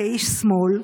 כאיש שמאל,